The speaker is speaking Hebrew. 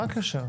מה הקשר?